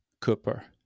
Cooper